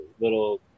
little